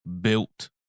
built